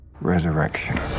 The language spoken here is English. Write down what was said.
Resurrection